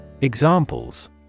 Examples